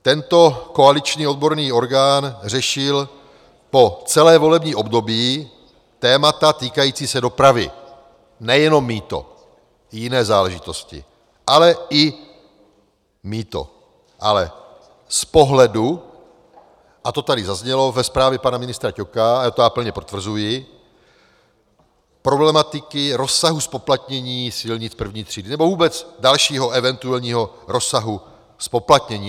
Tento koaliční odborný orgán řešil po celé volební období témata týkající se dopravy, nejenom mýto, i jiné záležitosti, ale i mýto, ale z pohledu, a to tady zaznělo ve zprávě pana ministra Ťoka a plně to potvrzuji, problematiky rozsahu zpoplatnění silnic první třídy nebo vůbec dalšího eventuálního rozsahu zpoplatnění.